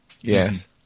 yes